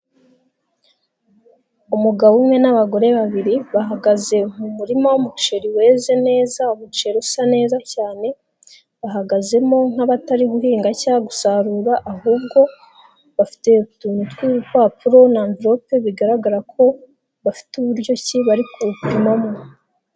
Umugabo umwe n'abagore babiri, bahagaze mu murima w'umuceri weze neza, umuceri usa neza cyane, bahagazemo nk'abatari guhinga cyangwa gusarura, ahubwo bafite utuntu tw'urupapuro na amverope, bigaragara ko bafite uburyo ki bari kuwupimamo.